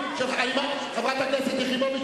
חברת הכנסת יחימוביץ,